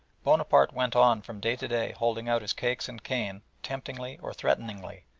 bonaparte went on from day to day holding out his cakes and cane temptingly or threateningly,